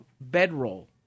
bedroll